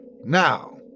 Now